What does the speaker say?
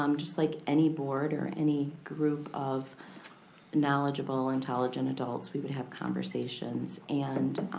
um just like any board or any group of knowledgeable intelligent adults, we would have conversations. and